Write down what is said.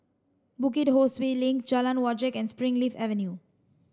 Bukit Ho Swee Link Jalan Wajek and Springleaf Avenue